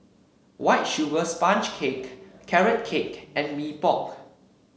White Sugar Sponge Cake Carrot Cake and Mee Pok